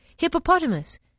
hippopotamus